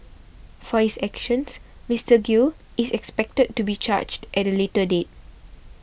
for his actions Mister Gill is expected to be charged at a later date